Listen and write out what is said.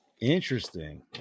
Interesting